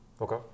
Okay